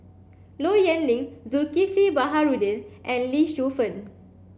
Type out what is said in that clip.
Low Yen Ling Zulkifli Baharudin and Lee Shu Fen